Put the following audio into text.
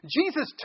Jesus